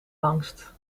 langst